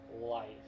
life